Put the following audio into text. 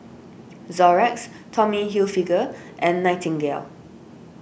Xorex Tommy Hilfiger and Nightingale